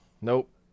nope